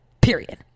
period